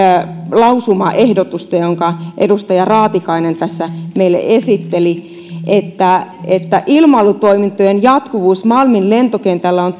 lausumaehdotusta jonka edustaja raatikainen tässä meille esitteli että että ilmailutoimintojen jatkuvuus malmin lentokentällä on